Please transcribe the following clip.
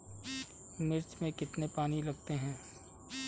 मिर्च में कितने पानी लगते हैं?